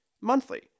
monthly